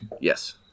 Yes